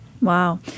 Wow